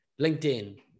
LinkedIn